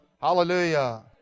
hallelujah